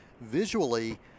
visually